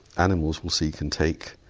animals will seek and take.